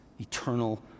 eternal